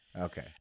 okay